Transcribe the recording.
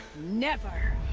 never!